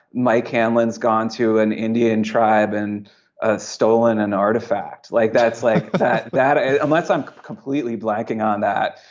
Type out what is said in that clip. mike hamlin has gone to an indian tribe and ah stolen an artifact like that's like that that ah unless i'm completely blanking on that.